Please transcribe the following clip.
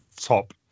top